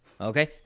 Okay